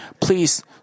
Please